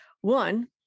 one